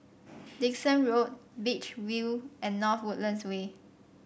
Dickson Road Beach View and North Woodlands Way